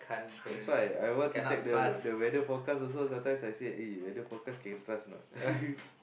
that's why I want to check the the weather forecast also sometimes I say eh weather forecast can trust or not